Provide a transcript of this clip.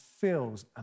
feels